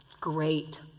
Great